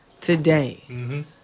Today